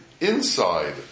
inside